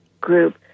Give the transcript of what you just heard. group